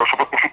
והשופט פשוט